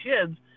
kids